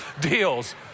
deals